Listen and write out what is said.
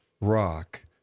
rock